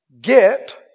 Get